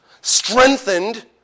Strengthened